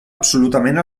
absolutament